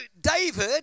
David